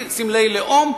סמלי לאום,